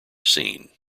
seen